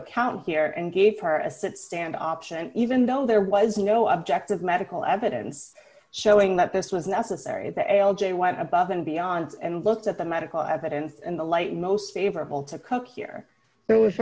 account here and gave her a sit stand option even though there was no objective medical evidence showing that this was necessary the l j went above and beyond and looked at the medical evidence in the light most favorable to cook here there w